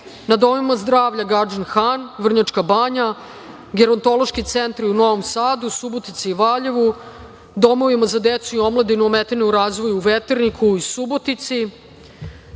na domovima zdravlja Gadžin Han, Vrnjačka banja, gerantološki centri u Novom Sadu, Subotici, Valjevu, domovima za decu i omladinu ometenu u razvoju u Veterniku i Subotici. Takođe,